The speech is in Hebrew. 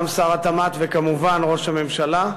גם שר התמ"ת וכמובן ראש הממשלה,